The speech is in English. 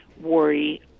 worry